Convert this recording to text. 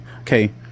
okay